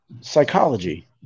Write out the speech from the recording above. Psychology